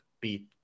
beat